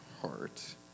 heart